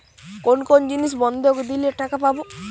কোন কোন জিনিস বন্ধক দিলে টাকা পাব?